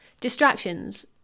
distractions